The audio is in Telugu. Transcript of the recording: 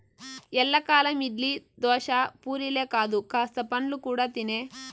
ఎల్లకాలం ఇడ్లీ, దోశ, పూరీలే కాదు కాస్త పండ్లు కూడా తినే